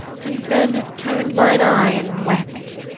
and then have turn'd mine eye and wept.